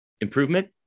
improvement